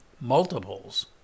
multiples